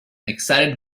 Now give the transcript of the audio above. excited